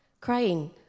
crying